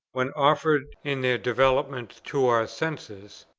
when offered in their developments to our senses,